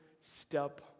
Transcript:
step